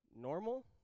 normal